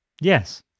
Yes